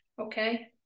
Okay